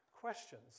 questions